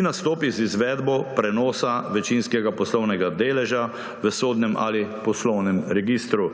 ki nastopi z izvedbo prenosa večinskega poslovnega deleža v sodnem ali poslovnem registru.